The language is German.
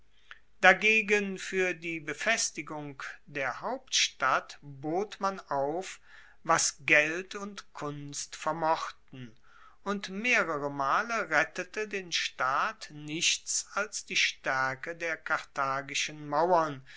dagegen fuer die befestigung der hauptstadt bot man auf was geld und kunst vermochten und mehrere male rettete den staat nichts als die staerke der karthagischen mauern